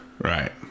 Right